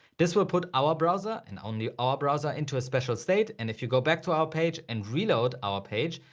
this will put our browser and only our browser into a special state and if you go back to our page and reload our page,